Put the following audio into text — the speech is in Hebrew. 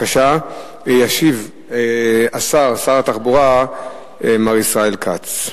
וישיב, שר התחבורה מר ישראל כץ.